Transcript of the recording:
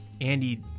Andy